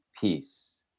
peace